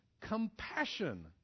compassion